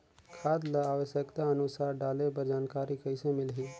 खाद ल आवश्यकता अनुसार डाले बर जानकारी कइसे मिलही?